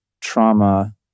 trauma